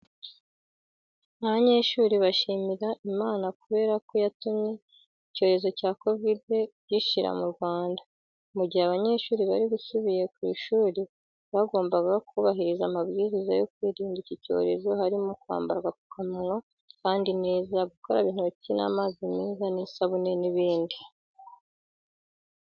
Abanyeshuri bashimira Imana kubera ko yatumye icyorezo cya Kovide gishira mu Rwanda. Mu gihe abanyeshuri bari basubiye ku ishuri bagombaga kubahiriza amabwiriza yo kwirinda iki cyorezo harimo kwambara agapfukamunwa kandi neza, gukaraba intoki n'amazi meza n'isabune n'ibindi.